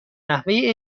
نحوه